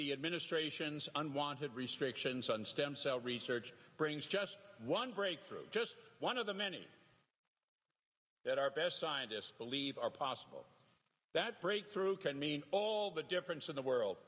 the administration's unwanted restrictions on stem cell research brings just one breakthrough just one of the many that our best scientists believe are possible that breakthrough can eat all the difference in the world